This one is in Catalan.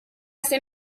ser